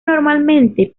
normalmente